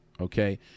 Okay